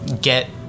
get